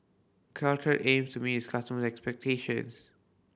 caltrate aims to meet its customers' expectations